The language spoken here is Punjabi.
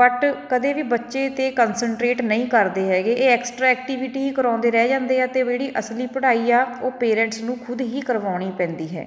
ਬਟ ਕਦੇ ਵੀ ਬੱਚੇ ਤੇ ਕੰਨਸਟਰੇਟ ਨਹੀਂ ਕਰਦੇ ਹੈਗੇ ਇਹ ਐਕਸਟਰਾ ਐਕਟੀਵਿਟੀ ਕਰਾਉਂਦੇ ਰਹਿ ਜਾਂਦੇ ਆ ਅਤੇ ਜਿਹੜੀ ਅਸਲੀ ਪੜ੍ਹਾਈ ਆ ਉਹ ਪੇਰੈਂਟਸ ਨੂੰ ਖੁਦ ਹੀ ਕਰਵਾਉਣੀ ਪੈਂਦੀ ਹੈ